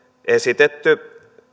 esitetty